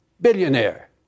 billionaire